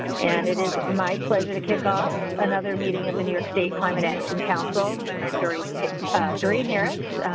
and it is my pleasure to kick off another meeting of the new york state climate action council. i'm during during harris,